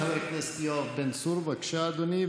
חבר הכנסת יואב בן צור, בבקשה, אדוני.